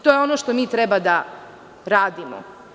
To je ono što mi treba da radimo.